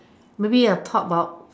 maybe I talk about